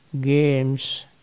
games